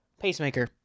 Pacemaker